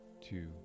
two